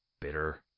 bitter